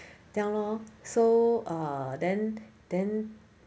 这样 lor so err then then